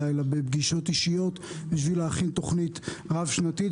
אלא בפגישות אישיות כדי להחיל תוכנית רב שנתית.